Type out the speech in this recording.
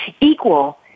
Equal